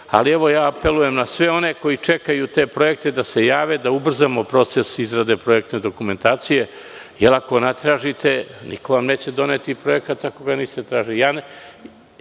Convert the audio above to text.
Ali, apelujem na sve one koji čekaju te projekte da se jave, da ubrzamo proces izrade projektne dokumentacije, jer ako ne tražite, niko vam neće doneti projekat ako ga niste